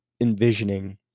envisioning